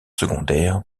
secondaires